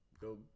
go